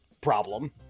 problem